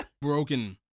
broken